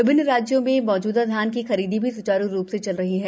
विभिन्न राज्यों में मौजूदा धान की खरीद भी स्चारू रू से चल रही है